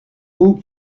vous